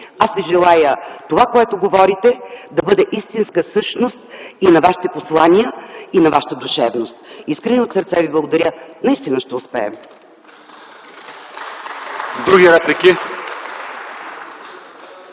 Аз Ви желая, това, което говорите да бъде истинска същност и на Вашите послания, и на Вашата душевност. Искрено и от сърце Ви благодаря. Наистина ще успеем! (Ръкопляскания